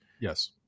Yes